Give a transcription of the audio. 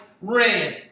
ran